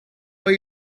but